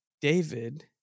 David